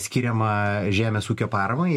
skiriama žemės ūkio paramai